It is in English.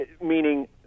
meaning